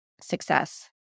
success